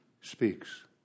speaks